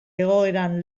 egoeran